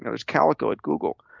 there's calico at google,